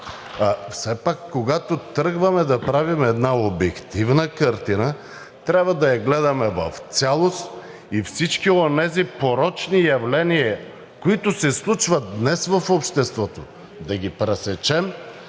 Все пак, когато тръгваме да правим една обективна картина, трябва да я гледаме в цялост и всички онези порочни явления, които се случват днес в обществото, да ги пресечем